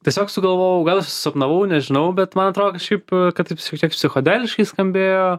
tiesiog sugalvojau gal ir susapnavau nežinau bet man atrodo kažkaip kad taip šiek tiek psichodeliškai skambėjo